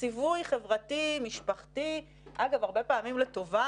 -- ציווי חברתי, משפחתי, אגב הרבה פעמים לטובה.